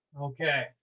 okay